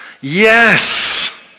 Yes